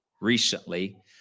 recently